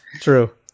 True